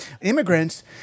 immigrants